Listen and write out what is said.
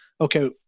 okay